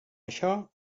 això